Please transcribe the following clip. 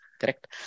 Correct